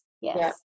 Yes